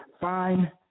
fine